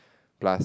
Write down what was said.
plus